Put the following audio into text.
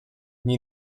dni